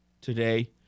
today